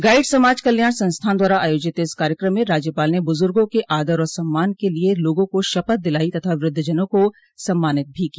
guide समाज कल्याण संस्थान द्वारा आयोजित इस कार्यक्रम में राज्यपाल ने बुजुर्गो के आदर और सम्मान के लिए लोगों को शपथ दिलायी तथा वृद्धजनों को सम्मानित भी किया